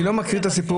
אני לא מכיר את הסיפור,